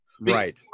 Right